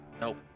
Nope